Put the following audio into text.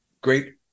great